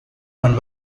quan